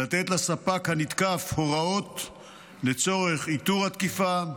לתת לספק הנתקף הוראות לצורך איתור התקיפה,